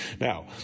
Now